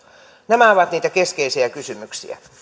nämä ovat niitä keskeisiä kysymyksiä